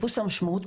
בחיפוש המשמעות,